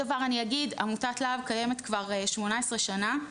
עמותת לה"ב קיימת כבר 18 שנה,